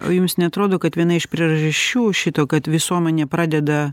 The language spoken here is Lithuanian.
o jums neatrodo kad viena iš priežasčių šito kad visuomenė pradeda